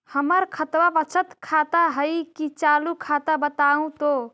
हमर खतबा बचत खाता हइ कि चालु खाता, बताहु तो?